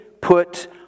put